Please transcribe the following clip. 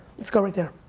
let's go right